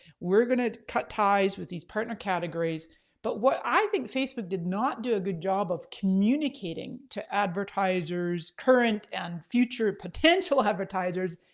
we're gonna cut ties with these partner categories but what i think facebook did not do a good job of communicating to advertisers current and future potential advertisers,